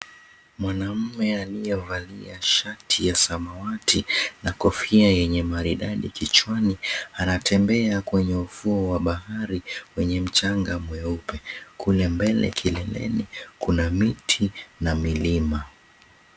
Mwanaume aliye valia shati ya samawati na kofia yenye maridadi kichwani anatembea kwenye ufuo wa bahari wenye mchanga mweupe kule mbele kileleni kuna miti na milima.